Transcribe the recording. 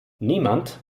niemand